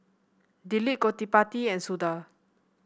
Dilip Gottipati and Suda